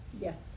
Yes